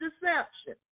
deception